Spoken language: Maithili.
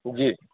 जी